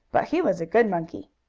but he was a good monkey.